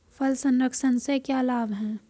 फल संरक्षण से क्या लाभ है?